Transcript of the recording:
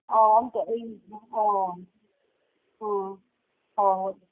ꯑꯣ ꯑꯝꯇ ꯑꯩ ꯑꯣ ꯑ ꯍꯣ ꯍꯣꯏ